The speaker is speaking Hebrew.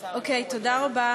אוקיי, תודה רבה.